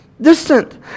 Distant